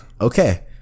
okay